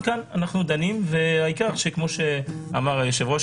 כמו שאמר היושב-ראש,